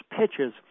pitches